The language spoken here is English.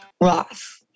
Ross